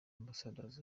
ambassadors